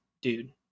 dude